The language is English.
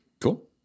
Cool